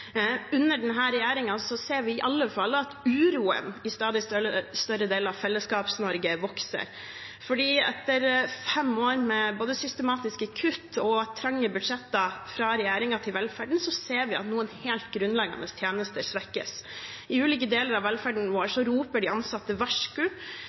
Under denne regjeringen ser vi i alle fall at uroen i stadig større deler av Fellesskaps-Norge vokser. Etter fem år med både systematiske kutt og trange budsjetter fra regjeringen til velferden ser vi at noen helt grunnleggende tjenester svekkes. I ulike deler av velferden vår